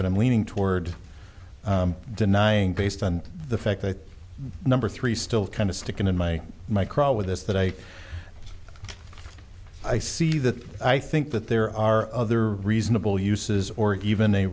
and i'm leaning toward denying based on the fact that number three still kind of sticking in my micro with this that i i see that i think that there are other reasonable uses or even a